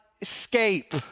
escape